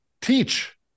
teach